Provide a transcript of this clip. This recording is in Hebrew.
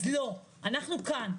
אז לא, אנחנו כאן.